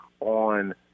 on